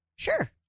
Sure